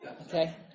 Okay